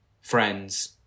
friends